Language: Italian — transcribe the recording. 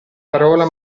parola